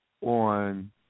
on